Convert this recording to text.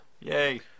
Yay